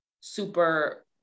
super